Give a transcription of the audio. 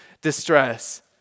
distress